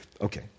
Okay